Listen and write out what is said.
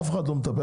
אף אחד לא מטפל.